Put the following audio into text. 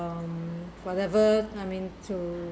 um whatever coming to